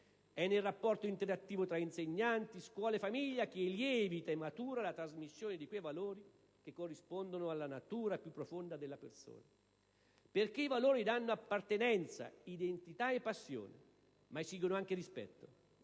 È nel rapporto interattivo tra insegnanti, scuola e famiglia che lievita e matura la trasmissione di quei valori che corrispondono alla natura più profonda della persona. È vero, infatti, che i valori danno appartenenza, identità e passione, ma esigono anche rispetto.